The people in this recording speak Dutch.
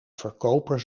verkoper